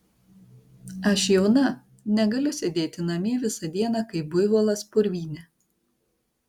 aš jauna negaliu sėdėti namie visą dieną kaip buivolas purvyne